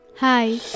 Hi